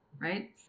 right